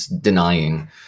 denying